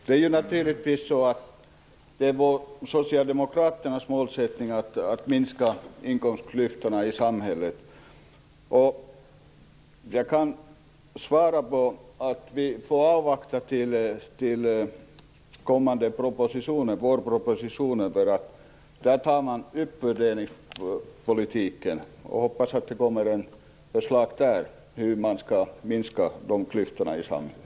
Herr talman! Det är naturligtvis Socialdemokraternas målsättning att minska inkomstklyftorna i samhället. Vi får avvakta till kommande vårproposition, där man tar upp fördelningspolitiken, och hoppas att det kommer ett förslag till hur man skall minska klyftorna i samhället.